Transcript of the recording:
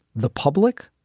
the public?